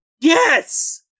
Yes